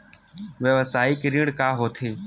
व्यवसायिक ऋण का होथे?